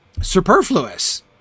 superfluous